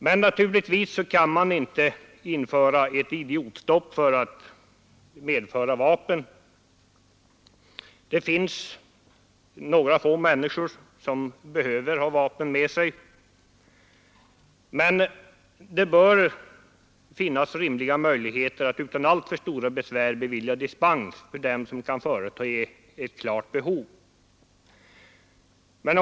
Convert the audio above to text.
Men naturligtvis kan man inte besluta ett idiotstopp för medförande av vapen — det finns några få människor som behöver ha vapen med sig. Det bör dock finnas rimliga möjligheter att utan alltför stora besvär bevilja dispens för dem som kan visa att de har ett klart behov av dessa.